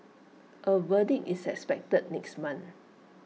A verdict is expected next month